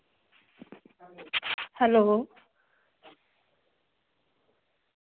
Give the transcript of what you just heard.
hello